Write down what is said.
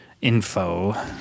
info